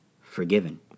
Forgiven